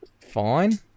fine